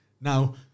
Now